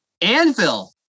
Anvil